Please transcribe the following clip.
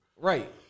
Right